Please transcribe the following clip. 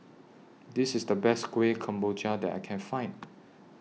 This IS The Best Kuih Kemboja that I Can Find